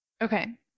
Okay